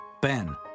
Ben